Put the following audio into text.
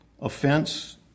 offense